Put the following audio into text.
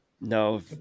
No